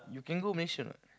you can go measure or not